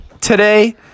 today